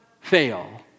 fail